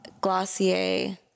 Glossier